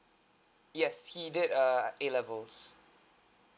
yes he did err A levels